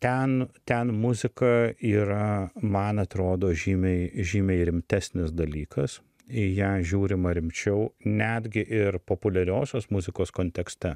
ten ten muzika yra man atrodo žymiai žymiai rimtesnis dalykas į ją žiūrima rimčiau netgi ir populiariosios muzikos kontekste